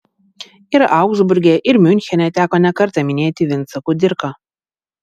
ir augsburge ir miunchene teko nekartą minėti vincą kudirką